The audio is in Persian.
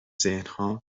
ذهنها